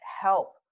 help